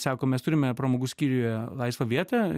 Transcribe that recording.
sako mes turime pramogų skyriuje laisvą vietą